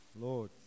Lord